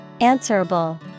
Answerable